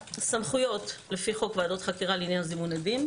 סמכויות לפי חוק ועדות חקירה לעניין זימון הדין.